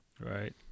Right